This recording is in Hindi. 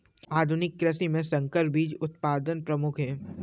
आधुनिक कृषि में संकर बीज उत्पादन प्रमुख है